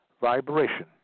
vibration